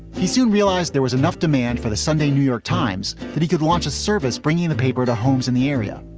he soon realized there was enough demand for the sunday new york times that he could launch a service bringing the paper to homes in the area.